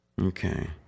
Okay